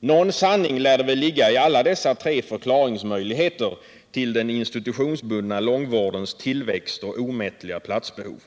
Någon sanning lär det ligga i alla dessa tre förklaringsmöjligheter till den institutionsbundna långtidsvårdens tillväxt och omättliga platsbehov.